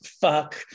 fuck